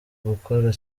gukora